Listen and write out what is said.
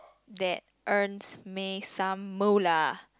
that earns me some Moolah